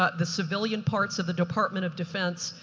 ah the civilian parts of the department of defense,